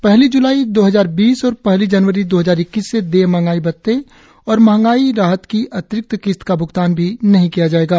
पहली ज्लाई दो हजार बीस और पहली जनवरी दो हजार इक्कीस से देय महंगाई भत्ते और महंगाई राहत की अतिरिक्त किस्त का भ्गतान भी नहीं किया जाएगा